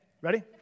Ready